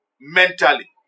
mentally